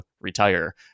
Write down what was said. retire